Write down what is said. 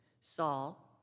Saul